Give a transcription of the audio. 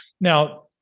Now